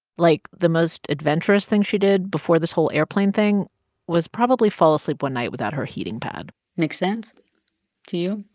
like, the most adventurous thing she did before this whole airplane thing was probably fall asleep one night without her heating pad makes sense to you?